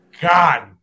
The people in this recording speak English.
God